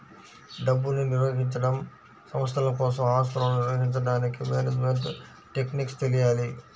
డబ్బుని నిర్వహించడం, సంస్థల కోసం ఆస్తులను నిర్వహించడానికి మేనేజ్మెంట్ టెక్నిక్స్ తెలియాలి